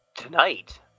tonight